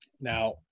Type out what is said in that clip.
Now